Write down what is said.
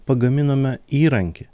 pagaminome įrankį